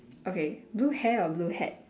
okay blue hair or blue hat